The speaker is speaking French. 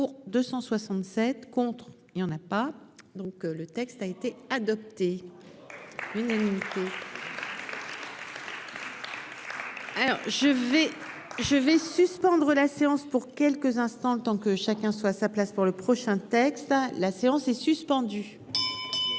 pour, 267 contre. Il en a pas donc. Le texte a été adopté. Unanimité. Je vais je vais. Suspendre la séance pour quelques instants, le temps que chacun soit à sa place pour le prochain texte hein. La séance est suspendue.